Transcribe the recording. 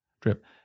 drip